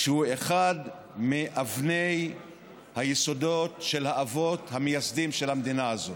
שהוא אחד מאבני היסוד של האבות המייסדים של המדינה הזאת.